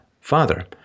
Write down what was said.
father